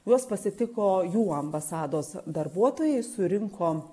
juos pasitiko jų ambasados darbuotojai surinko